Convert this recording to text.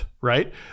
right